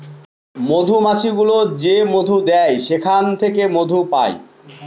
মধুমাছি গুলো যে মধু দেয় সেখান থেকে মধু পায়